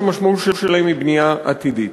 שהמשמעות שלהם היא בנייה עתידית.